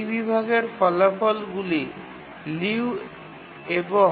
এই বিভাগের ফলাফলগুলি লিউ এবং